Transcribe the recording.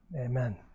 Amen